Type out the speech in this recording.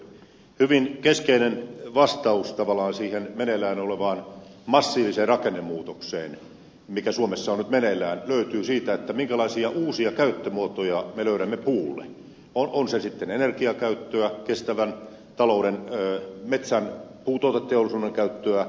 hyvin keskeinen vastaus tavallaan siihen meneillään olevaan massiiviseen rakennemuutokseen mikä suomessa on nyt meneillään löytyy siitä minkälaisia uusia käyttömuotoja me löydämme puulle on se sitten energiakäyttöä kestävän talouden metsän puutuoteteollisuuden käyttöä